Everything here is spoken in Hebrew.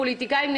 הפוליטיקאים,